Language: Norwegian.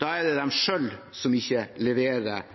Da er det de selv som ikke leverer